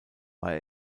war